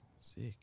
sick